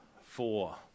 four